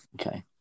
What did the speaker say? Okay